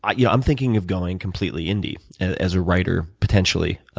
um yeah i'm thinking of going completely indie as a writer potentially,